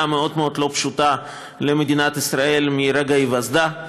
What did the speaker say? מאוד מאוד לא פשוטה למדינת ישראל מרגע היווסדה.